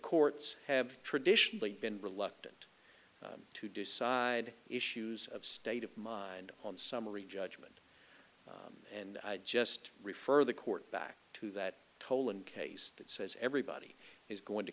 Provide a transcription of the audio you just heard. courts have traditionally been reluctant to decide issues of state of mind on summary judgment and i just refer the court back to that toll and case that says everybody is going to